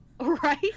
Right